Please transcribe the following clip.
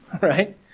right